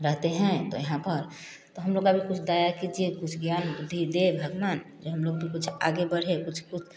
रहते हैं तो यहाँ पर तो हम लोग का भी कुछ दया कीजिए कुछ ज्ञान बुद्धि दे भगवान हम लोग भी कुछ आगे बढ़े कुछ